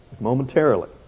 momentarily